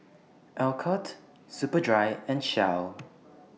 Alcott Superdry and Shell